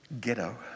Ghetto